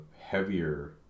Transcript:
heavier